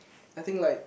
I think like